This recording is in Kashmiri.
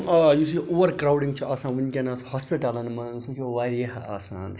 آ یُس یہِ اوٚوَر کرٛاوڈِنٛگ چھِ آسان وٕنۍکٮ۪نَس ہاسپِٹَلَن منٛز یہِ چھِ واریاہ آسان